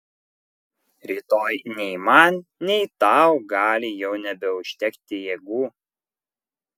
rytoj nei man nei tau gali jau nebeužtekti jėgų